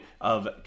of-